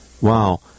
wow